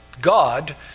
god